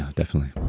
definitely